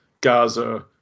Gaza